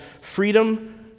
freedom